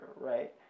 right